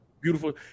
Beautiful